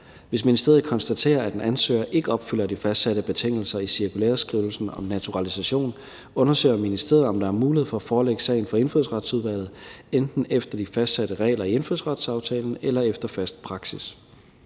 Hvis ministeriet konstaterer, at en ansøger ikke opfylder de fastsatte betingelser i cirkulæreskrivelsen om naturalisation, undersøger ministeriet, om der er mulighed for at forelægge sagen for Indfødsretsudvalget enten efter de fastsatte regler i indfødsretsaftalen eller efter fast praksis.